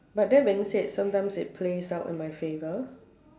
but that being said sometimes it plays out in my favour